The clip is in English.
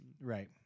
Right